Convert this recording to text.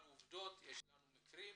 יש לנו עובדות, יש לנו מקרים.